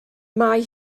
mae